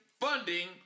funding